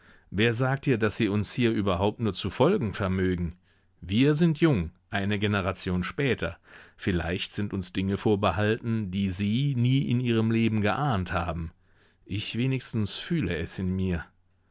wer sagt dir daß sie uns hier überhaupt nur zu folgen vermögen wir sind jung eine generation später vielleicht sind uns dinge vorbehalten die sie nie in ihrem leben geahnt haben ich wenigstens fühle es in mir